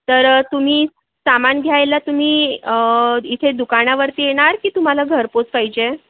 तर तुम्ही सामान घ्यायला तुम्ही इथे दुकानावरती येणार की तुम्हाला घरपोच पाहिजे आहे